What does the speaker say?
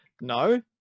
no